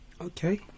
okay